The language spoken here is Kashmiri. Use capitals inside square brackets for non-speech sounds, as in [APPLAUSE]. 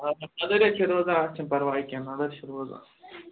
[UNINTELLIGIBLE] نَدٕر حظ چھِ روزان اَتھ چھُنہٕ پرواے کیٚنٛہہ نَدٕر چھِ روزان